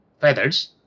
Feathers